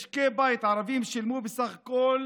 משקי הבית הערביים שילמו בסך הכול